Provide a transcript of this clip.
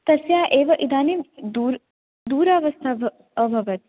तस्य एव इदानीं दुरवस्था अभवत्